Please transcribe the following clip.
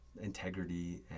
integrity